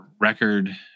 record